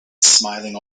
smiling